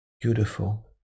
beautiful